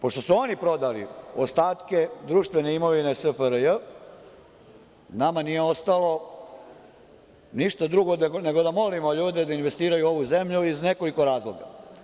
Pošto su oni prodali ostatke društvene imovine SFRJ, nama nije ostalo ništa drugo nego da molimo ljude da investiraju u ovu zemlju iz nekoliko razloga.